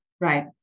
Right